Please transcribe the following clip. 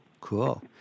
Cool